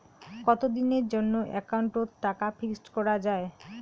কতদিনের জন্যে একাউন্ট ওত টাকা ফিক্সড করা যায়?